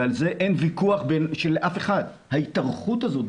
ועל זה אין ויכוח של אף אחד, היא